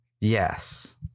Yes